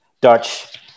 Dutch